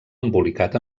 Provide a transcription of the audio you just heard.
embolicat